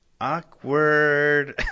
Awkward